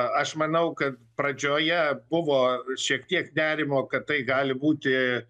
aš manau kad pradžioje buvo šiek tiek nerimo kad tai gali būti